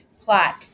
Plot